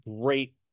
great